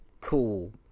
cool